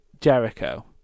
Jericho